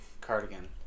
Cardigan